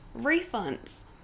refunds